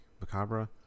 Macabre